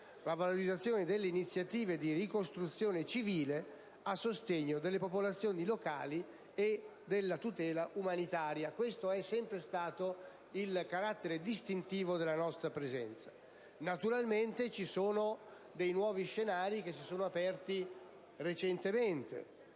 alla valorizzazione di iniziative di ricostruzione civile a sostegno delle popolazioni locali e della tutela umanitaria. Questo è sempre stato il carattere distintivo della nostra presenza. Recentemente, però, si sono aperti nuovi scenari. Non si può dimenticare